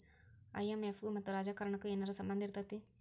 IMF ಗು ಮತ್ತ ರಾಜಕಾರಣಕ್ಕು ಏನರ ಸಂಭಂದಿರ್ತೇತಿ?